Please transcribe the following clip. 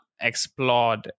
explored